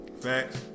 Facts